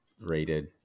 rated